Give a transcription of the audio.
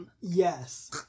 Yes